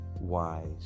wise